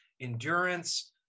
endurance